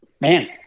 Man